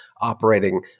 operating